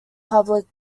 public